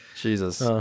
Jesus